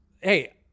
hey